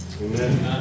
Amen